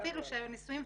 אפילו שהיו נשואים,